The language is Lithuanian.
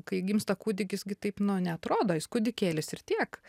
kai gimsta kūdikis gi taip nu neatrodo jis kūdikėlis ir tiek